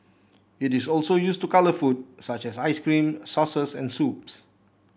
it is also used to colour food such as ice cream sauces and soups